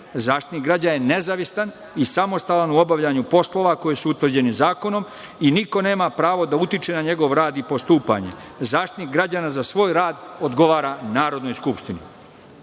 Zaštitnik građana je nezavistan i samostalan u obavljanju poslova koji su utvrđeni zakonom i niko nema pravo da utiče na njegov rad i postupanje. Zaštitnik građana za svoj rad odgovara Narodnoj skupštini. Prošlo